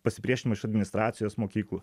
pasipriešino iš administracijos mokyklų